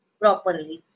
properly